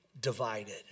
divided